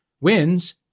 wins